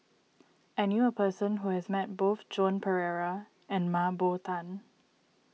I knew a person who has met both Joan Pereira and Mah Bow Tan